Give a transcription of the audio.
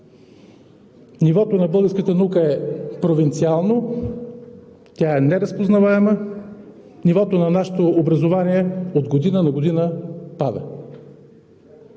Нивото на българската наука е провинциално, тя е неразпознаваема, нивото на нашето образование от година на година пада.